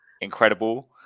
incredible